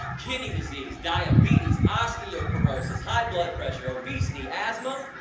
kidney disease, diabetes, osteoporosis, high blood pressure, obesity, asthma,